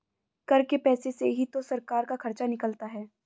कर के पैसे से ही तो सरकार का खर्चा निकलता है